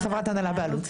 וחברת הנהלה באלו"ט.